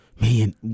Man